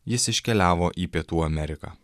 jis iškeliavo į pietų ameriką